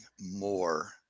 more